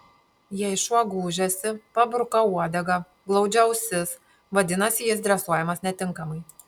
jei šuo gūžiasi pabruka uodegą glaudžia ausis vadinasi jis dresuojamas netinkamai